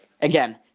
Again